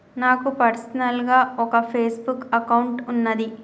నాకు పర్సనల్ గా ఒక ఫేస్ బుక్ అకౌంట్ వున్నాది